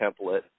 template